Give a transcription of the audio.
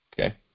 okay